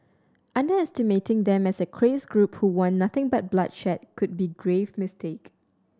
underestimating them as a crazed group who want nothing but bloodshed could be grave mistake